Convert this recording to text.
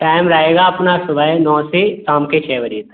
time रहेगा अपना सूबह नौ से साम के छः बजे तक